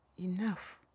Enough